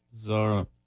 Zara